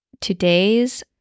today's